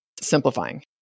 simplifying